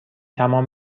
تمام